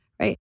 right